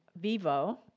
vivo